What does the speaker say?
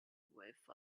with